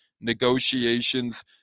negotiations